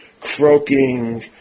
croaking